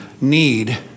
need